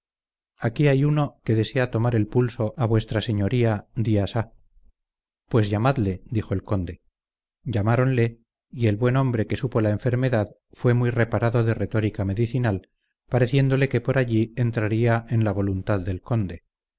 aquí hay uno que desea tomar el pulso a v s días ha pues llamadle dijo el conde llamáronle y el buen hombre que supo la enfermedad fué muy reparado de retórica medicinal pareciéndole que por allí entraría en la voluntad del conde